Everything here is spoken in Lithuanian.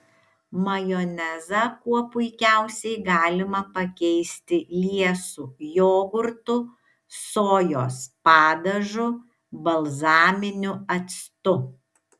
majonezą kuo puikiausiai galima pakeisti liesu jogurtu sojos padažu balzaminiu actu